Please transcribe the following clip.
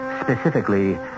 Specifically